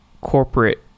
corporate